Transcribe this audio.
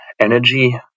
energy